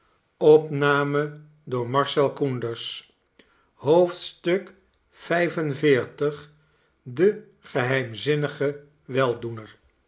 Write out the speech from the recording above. de geheimzinnige weldoener